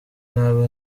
nabi